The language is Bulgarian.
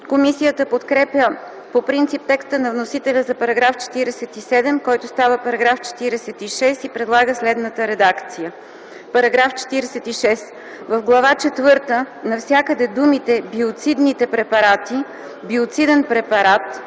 Комисията подкрепя по принцип текста на вносителя за § 47, който става § 46 и предлага следната редакция: „§ 46. В Глава четвърта, навсякъде, думите „биоцидните препарати”, „биоциден препарат”,